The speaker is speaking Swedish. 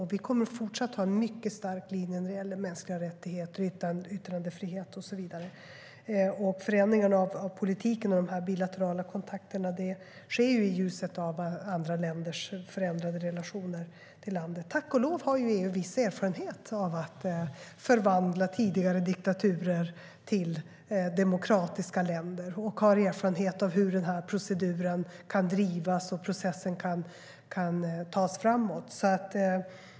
Och vi kommer även fortsättningsvis att driva en mycket stark linje när det gäller mänskliga rättigheter, yttrandefrihet och så vidare. Och förändringarna av politiken och de bilaterala kontakterna sker i ju ljuset av andra länders förändrade relationer till landet. Tack och lov har EU viss erfarenhet av att förvandla tidigare diktaturer till demokratiska länder och av hur den proceduren kan drivas och hur processen kan föras framåt.